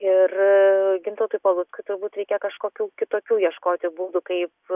ir gintautui paluckui turbūt reikia kažkokių kitokių ieškoti būdų kaip